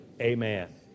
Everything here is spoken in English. amen